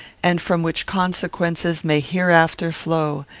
and from which consequences may hereafter flow,